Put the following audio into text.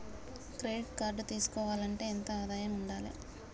Credit card తీసుకోవాలంటే ఎంత ఆదాయం ఉండాలే?